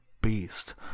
beast